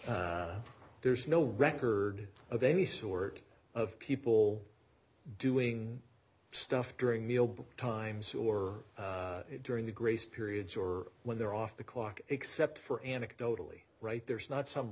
there's no record of any sort of people doing stuff during meal but times or during the grace periods or when they're off the clock except for anecdotally right there's not some